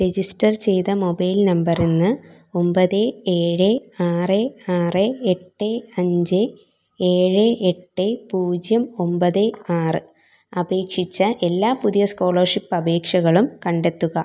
register ചെയ്ത mobile നമ്പറിൽ നിന്ന് ഒമ്പത് ഏഴ് ആറ് ആറ് എട്ട് അഞ്ച് ഏഴ് എട്ട് പൂജ്യം ഒമ്പത് ആറ് അപേക്ഷിച്ച എല്ലാ പുതിയ സ്കോളർഷിപ്പ് അപേക്ഷകളും കണ്ടെത്തുക